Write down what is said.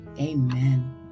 amen